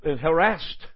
harassed